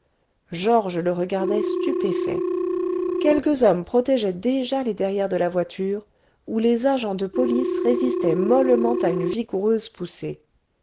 georges le regardait stupéfait quelques hommes protégeaient déjà les derrières de la voiture où les agents de police résistaient mollement à une vigoureuse poussée